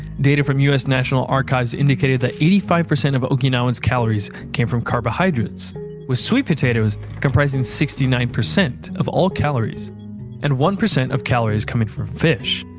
data from us national archives indicated that eighty five percent of okinawans' calories came from carbohydrates with sweet potatoes comprising sixty nine percent of all calories and one percent of calories coming from fish.